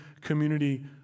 community